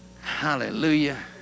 Hallelujah